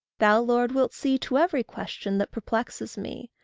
thou, lord, wilt see to every question that perplexes me.